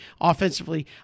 offensively